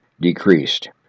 decreased